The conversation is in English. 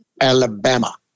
Alabama